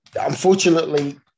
Unfortunately